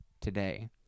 today